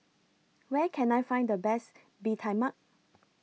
Where Can I Find The Best Bee Tai Mak